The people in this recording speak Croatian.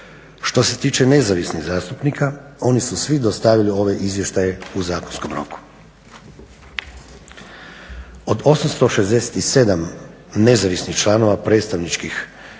Što se tiče nezavisnih zastupnika oni su svi dostavili ove izvještaje u zakonskom roku. Od 867 nezavisnih članova predstavničkih